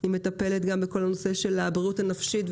היא מטפלת גם בכל הנושא של הבריאות הנפשית,